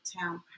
town